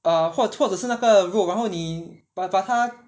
err 或者或者是那个肉然后你把把他